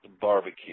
barbecue